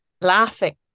laughing